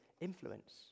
influence